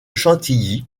chantilly